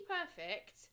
perfect